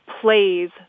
plays